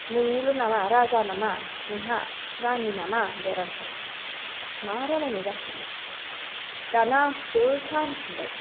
नोंनिल' नामा राजा नामा नोंहा रानि नामा होनबाय आरो आंखौ मा रायलायनाय जाखो बे दाना आंखौसो उल्था होनफिनबाय